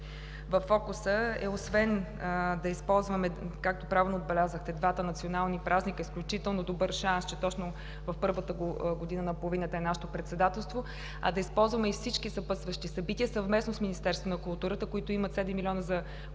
във фокуса, е освен да използваме, както правилно отбелязахте, двата национални празника са изключително добър шанс, че точно в първата половина на годината е нашето председателство, а да използваме и всички съпътстващи събития, съвместно с Министерството на културата, които имат 7 млн. лв.